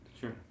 Sure